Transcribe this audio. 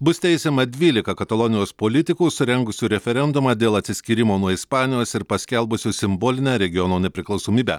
bus teisiama dvylika katalonijos politikų surengusių referendumą dėl atsiskyrimo nuo ispanijos ir paskelbusių simbolinę regiono nepriklausomybę